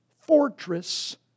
fortress